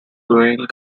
brewing